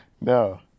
No